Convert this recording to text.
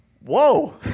Whoa